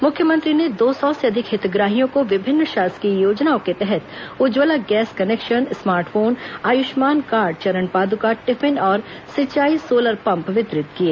मुख्यमंत्री ने दो सौ से अधिक हितग्राहियों को विभिन्न शासकीय योजनाओं के तहत Ujjwala gas connection smart phone Ayushman card Charan Paduka tiffin और सिंचाई सोलर पंप वितरित किए